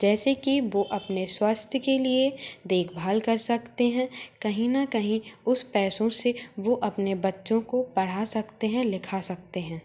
जैसे कि बो अपने स्वास्थ्य के लिए देखभाल कर सकते हैं कहीं ना कहीं उस पैसों से वो अपने बच्चों को पढ़ा सकते हैं लिखा सकते हैं